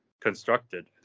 constructed